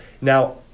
Now